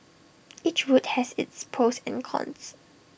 each route has its pros and cons